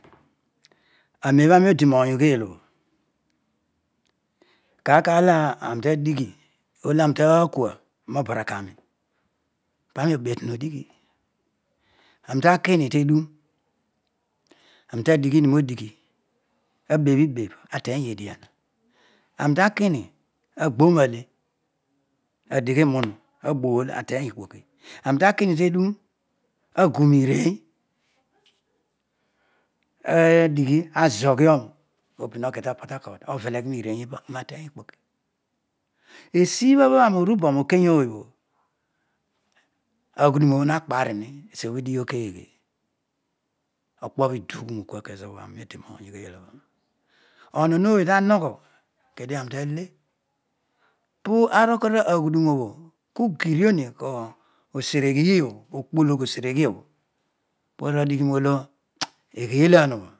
Anen obho ami odi nong ugheel obho kaar kaar olo ani ta dighi olo anu takua no biara ka ni pami obetun ni odighi anitakun tedun abebh ibebh ateny edion ani takini agho nau every norind abort ateng okpoki aan takino teduppi akunurein adiighi azoghuoro apin aki ta port harcourt oveleghi mireer ipa kaniateng ikpah esibha bho ani urubo mo keyooy obho aghudunobho ha kparini esiobho udigimi obho. keghe? Okpo bho idughoou kua kezobho ani uru oay ugheel obho onon ooy tanogho kedio ani tale poaro kedio aghudun obho kughiriohi osere ghil obho paru adigh nolo eghulam obho